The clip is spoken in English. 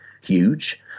huge